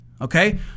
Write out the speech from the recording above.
Okay